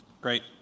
Great